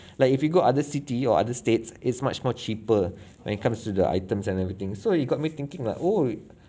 like if you go other city or other states is much more cheaper when it comes to the items and everything so you got me thinking lah oh